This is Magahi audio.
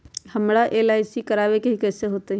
हमरा एल.आई.सी करवावे के हई कैसे होतई?